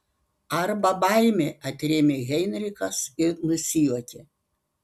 arba baimė atrėmė heinrichas ir nusijuokė